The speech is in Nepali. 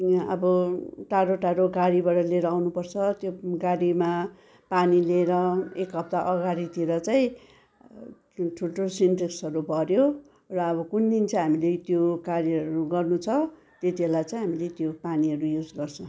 यहाँ अब टाढो टाढो गाडीबाट लिएर आउनुपर्छ त्यो गाडीमा पानी लिएर एक हफ्ता अगाडीतिर चाहिँ ठुल्ठुलो सिन्टेक्सहरू भऱ्यो र अब कुन दिन चाहिँ हामीले त्यो कार्यहरू गर्नु छ त्यति बेला चाहिँ हामीले त्यो पानीहरू युज गर्छ